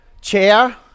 chair